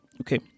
okay